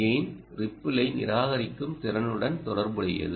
gain ரிப்பிளை நிராகரிக்கும் திறனுடன் தொடர்புடையது